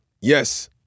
Yes